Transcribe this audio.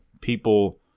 people